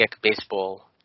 baseball